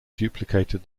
duplicated